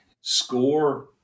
score